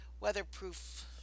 weatherproof